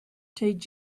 tgif